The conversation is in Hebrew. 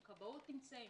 אם כבאות נמצאים,